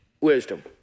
wisdom